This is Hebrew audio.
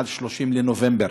עד 30 בנובמבר.